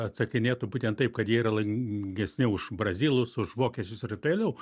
atsakinėtų būtent taip kad jie yra laimingesni už brazilus už vokiečius ir taip toliau